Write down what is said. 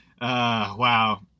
wow